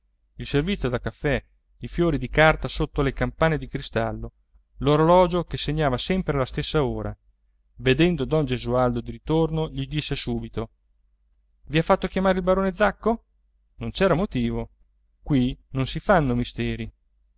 il servizio da caffè i fiori di carta sotto le campane di cristallo l'orologio che segnava sempre la stessa ora vedendo don gesualdo di ritorno gli disse subito i ha fatto chiamare il barone zacco non c'era motivo qui non si fanno misteri